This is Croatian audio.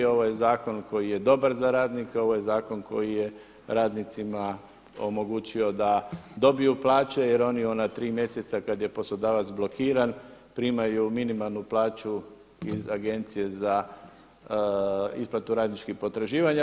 Ovo je zakon koji je dobar za radnika, ovo je zakon koji je radnicima omogućio da dobiju plaće jer oni u ona tri mjeseca kada je poslodavac blokiran primaju minimalnu plaću iz Agencije za isplatu radničkih potraživanja.